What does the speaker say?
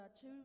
two